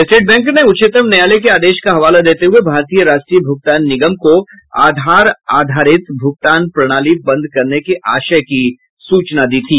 state bank ने उच्चतम न्यायालय के आदेश का हवाला देते हुये भारतीय राष्ट्रीय भुगतान निगम को आधार आधारित भुगतान प्रणाली बंद करने के आशय की सूचना दी थी